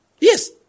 Yes